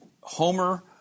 Homer